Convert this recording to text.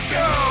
go